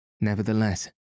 Nevertheless